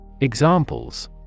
Examples